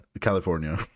California